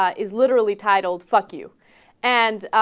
ah is literally titled fuck you and ah.